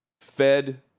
fed